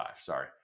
sorry